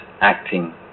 acting